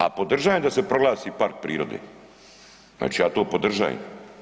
A podržajem da se proglasi park prirode, znači ja to podržajem.